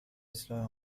اصلاح